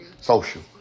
social